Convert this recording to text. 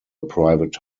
private